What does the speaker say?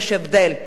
יש הבדל.